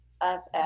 up